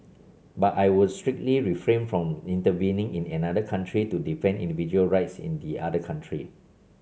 but I would strictly refrain from intervening in another country to defend individual rights in the other country